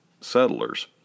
settlers